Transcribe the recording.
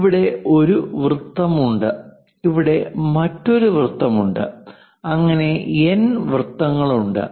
ഇവിടെ ഒരു വൃത്തം ഉണ്ട് ഇവിടെ മറ്റൊരു വൃത്തം ഉണ്ട് അങ്ങനെ എൻ വൃത്തങ്ങൾ ഉണ്ട്